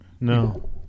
No